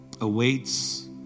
awaits